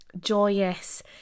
joyous